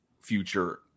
future